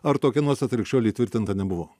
ar tokia nuostata lig šiolei tvirtinta nebuvo